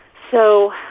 so